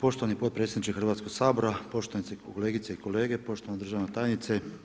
Poštovani potpredsjedniče Hrvatskog sabora, poštovane kolegice i kolege, poštovana državna tajnice.